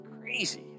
crazy